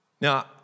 Now